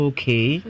Okay